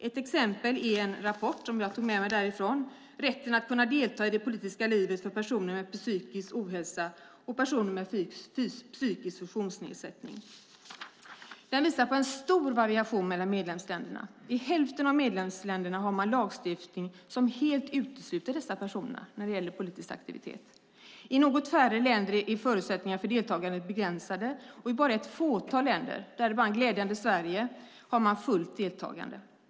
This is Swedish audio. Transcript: Ett exempel är en rapport om rätten att delta i det politiska livet för personer med psykisk ohälsa och personer med psykisk funktionsnedsättning. Rapporten visar på en stor variation mellan medlemsländerna. I hälften av medlemsländerna finns lagstiftning som helt utesluter dessa personer från politisk aktivitet. I något färre länder är förutsättningarna för deltagande begränsade. I bara ett fåtal länder, däribland glädjande nog Sverige, har man fullt deltagande.